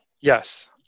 Yes